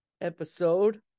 episode